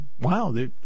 Wow